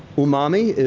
umami,